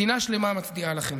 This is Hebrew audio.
מדינה שלמה מצדיעה לכם.